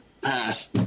Pass